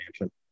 Mansion